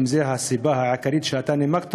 אם זו הסיבה העיקרית שאתה נימקת,